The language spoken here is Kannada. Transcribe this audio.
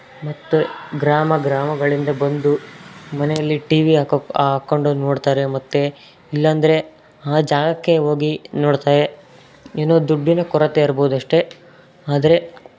ಮತ್ತು ಗ್ರಾಮ ಗ್ರಾಮಗಳಿಂದ ಬಂದು ಮನೆಯಲ್ಲಿ ಟಿ ವಿ ಹಾಕೊಂಡು ನೋಡ್ತಾರೆ ಮತ್ತು ಇಲ್ಲಾಂದರೆ ಆ ಜಾಗಕ್ಕೆ ಹೋಗಿ ನೋಡ್ತಾರೆ ಏನು ದುಡ್ಡಿನ ಕೊರತೆ ಇರ್ಬೌದು ಅಷ್ಟೆ ಆದರೆ